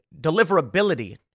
deliverability